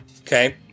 Okay